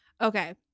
Okay